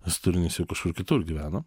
nes turinys jau kažkur kitur gyvena